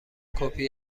کپی